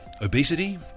Obesity